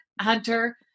Hunter